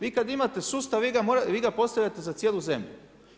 Vi kad imate sustav vi ga postavljate za cijelu zemlju.